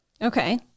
Okay